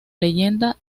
leyenda